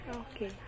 okay